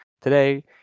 today